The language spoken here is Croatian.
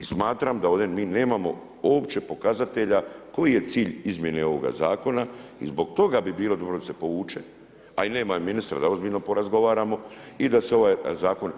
I smatram da ovdje mi nemamo uopće pokazatelja koji je cilj izmjene ovoga Zakona i zbog toga bi bilo dobro da se povuče, a i nema ministra da ozbiljno porazgovaramo i da se ovaj Zakon